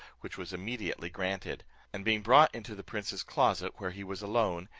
which was immediately granted and being brought into the prince's closet, where he was alone,